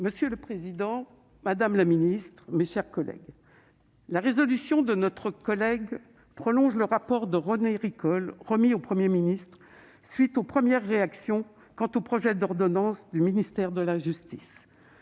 Monsieur le président, madame la ministre, mes chers collègues, la proposition de résolution de notre collègue prolonge le rapport de René Ricol remis au Premier ministre à la suite des premières réactions sur le projet d'ordonnance du ministère de la justice